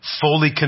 fully